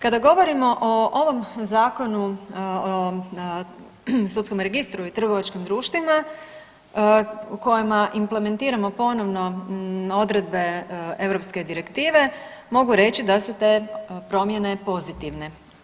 Kada govorimo o ovom Zakonu o sudskom registru i trgovačkim društvima u kojima implementiramo ponovno odredbe europske direktive mogu reći da su te promjene pozitivne.